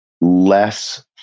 less